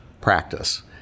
practice